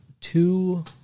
two